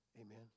Amen